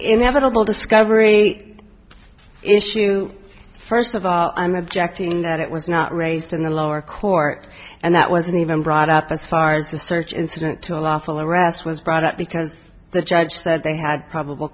inevitable discovery issue first of all i'm objecting that it was not raised in the lower court and that wasn't even brought up as far as the search incident to a lawful arrest was brought up because the judge said they had probable